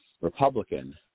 Republican